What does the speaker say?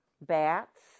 bats